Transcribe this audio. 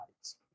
lights